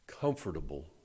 comfortable